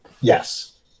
Yes